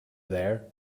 there